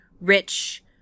rich